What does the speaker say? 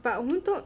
but 我们都